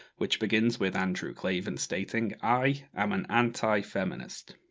which begins with andrew clavin, stating i am an anti-feminist.